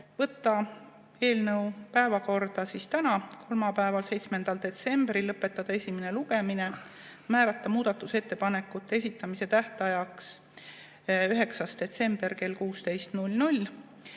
võtta eelnõu päevakorda täna, kolmapäeval, 7. detsembril, lõpetada esimene lugemine ja määrata muudatusettepanekute esitamise tähtajaks 9. detsember kell 16.